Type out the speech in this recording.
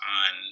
on